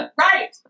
right